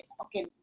okay